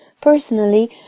Personally